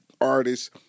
artists